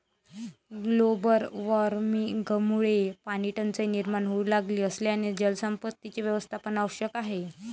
global वॉर्मिंगमुळे पाणीटंचाई निर्माण होऊ लागली असल्याने जलसंपत्तीचे व्यवस्थापन आवश्यक आहे